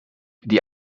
die